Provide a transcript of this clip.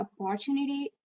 opportunity